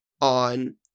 on